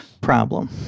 problem